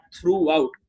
throughout